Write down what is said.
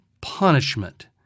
punishment